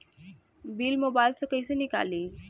Bill mobile से कईसे निकाली?